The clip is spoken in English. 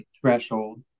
threshold